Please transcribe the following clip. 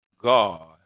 God